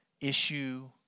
issue